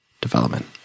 development